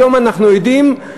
היום אנחנו יודעים,